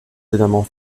généralement